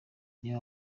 niwe